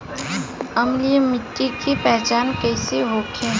अम्लीय मिट्टी के पहचान कइसे होखे?